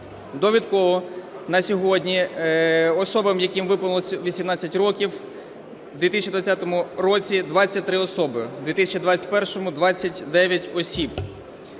Довідково. На сьогодні особам, яким виповнилося 18 років в 2020 році 23 особи, в 2021-му – 29 осіб.